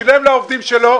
שילם לעובדים שלו,